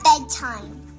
bedtime